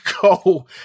go